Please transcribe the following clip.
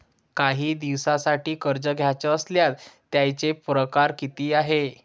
कायी दिसांसाठी कर्ज घ्याचं असल्यास त्यायचे परकार किती हाय?